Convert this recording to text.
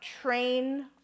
train